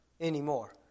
anymore